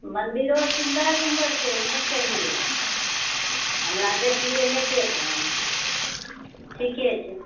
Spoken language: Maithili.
मंदिरो सुंदर सुंदर छै ई नहि कहिए हमरा देख लिए नेटे पर ठीके छै